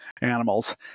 animals